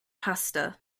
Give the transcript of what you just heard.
pastor